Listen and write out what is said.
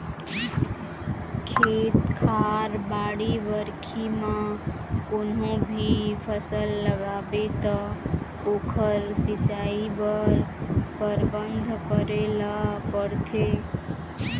खेत खार, बाड़ी बखरी म कोनो भी फसल लगाबे त ओखर सिंचई बर परबंध करे ल परथे